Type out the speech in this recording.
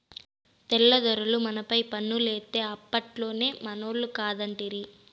తెల్ల దొరలు మనపైన పన్నులేత్తే అప్పట్లోనే మనోళ్లు కాదంటిరి